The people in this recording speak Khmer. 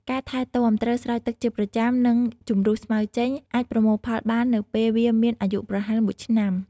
ការថែទាំ ត្រូវស្រោចទឹកជាប្រចាំ និងជម្រុះស្មៅចេញ អាចប្រមូលផលបាននៅពេលវាមានអាយុប្រហែល ១ ឆ្នាំ។